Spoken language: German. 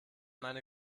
meine